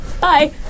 Bye